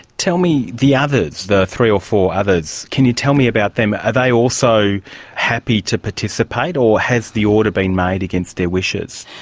tell me, the others, the three or four others, can you tell me about them? are they also happy to participate or has the order been made against their wishes?